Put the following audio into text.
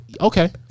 okay